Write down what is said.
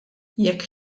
jekk